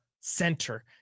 Center